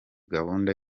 gahunda